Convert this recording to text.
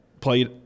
played